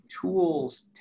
tools